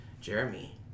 Jeremy